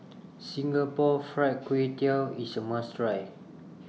Singapore Fried Kway Tiao IS A must Try